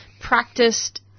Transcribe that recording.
practiced